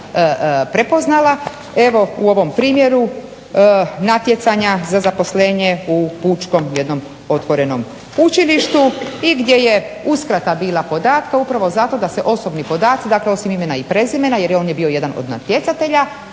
prepoznala evo u ovom primjeru natjecanja za zaposlenje u pučkom jednom otvorenom učilištu i gdje je uskrata bila podatka upravo zato da se osobni podaci, dakle osim imena i prezimena jer on je bio jedan od natjecatelja